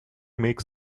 makes